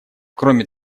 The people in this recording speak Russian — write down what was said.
кроме